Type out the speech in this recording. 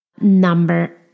Number